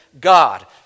god